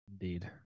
Indeed